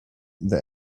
the